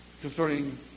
concerning